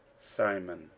Simon